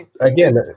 again